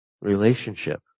relationship